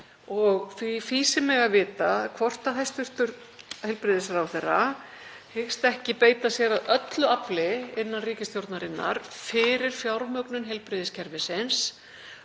Því fýsir mig að vita hvort hæstv. heilbrigðisráðherra hyggist ekki beita sér af öllu afli innan ríkisstjórnarinnar fyrir fjármögnun heilbrigðiskerfisins